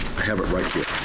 i have it right here. oh,